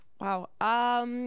wow